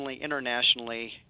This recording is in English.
internationally